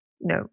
no